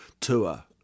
tour